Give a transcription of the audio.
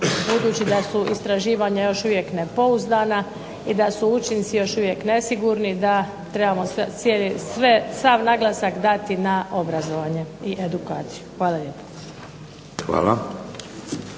budući da su istraživanja još uvijek nepouzdana, i da su učinci još uvijek nesigurni, da trebamo sav naglasak dati na obrazovanje i edukaciju. Hvala lijepo.